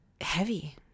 heavy